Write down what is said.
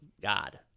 God